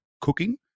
cooking